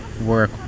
work